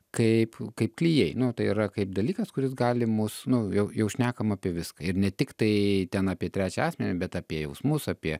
kaip kaip klijai nu tai yra kaip dalykas kuris gali mus nu jau jau šnekam apie viską ir ne tiktai ten apie trečią asmenį bet apie jausmus apie